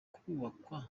kubakwa